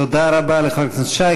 תודה רבה לחבר הכנסת שי.